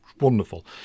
Wonderful